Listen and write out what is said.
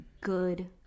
good